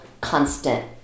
constant